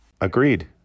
Agreed